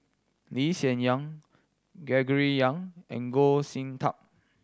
Lee Hsien Yang Gregory Yong and Goh Sin Tub